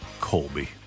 Colby